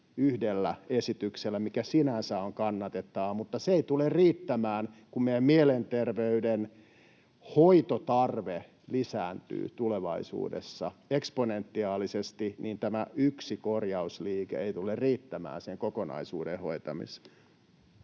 yhdellä esityksellä, mikä sinänsä on kannatettava, mutta se ei tule riittämään. Kun meidän mielenterveyden hoitotarve lisääntyy tulevaisuudessa eksponentiaalisesti, niin tämä yksi korjausliike ei tule riittämään sen kokonaisuuden hoitamiseen.